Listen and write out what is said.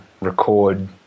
record